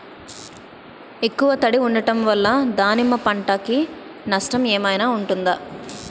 ఎక్కువ తడి ఉండడం వల్ల దానిమ్మ పంట కి నష్టం ఏమైనా ఉంటుందా?